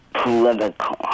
political